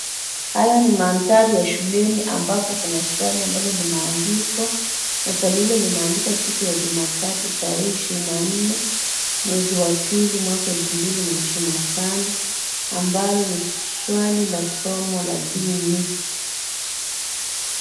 Haya ni mandhari ya shuleni, ambapo kuna swali ambalo limeandikwa na swali hilo limeandikwa siku ya Jumatatu tarehe ishirini na nne mwezi wa pili, mwaka wa elfu mbili na ishirini na tano, ambalo ni swali la somo la dini.